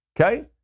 okay